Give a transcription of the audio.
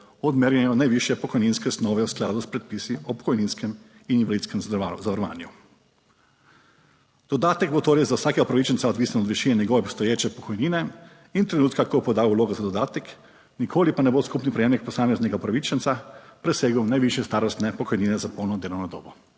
odmerjene najvišje pokojninske osnove v skladu s predpisi o pokojninskem in invalidskem zavarovanju. Dodatek bo torej za vsakega upravičenca odvisen od višine njegove obstoječe pokojnine in trenutka, ko poda vlogo za dodatek, nikoli pa ne bo skupni prejemek posameznega upravičenca presegel najvišje starostne pokojnine za polno delovno dobo.